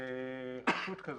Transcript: לרשות כזאת.